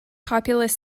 populous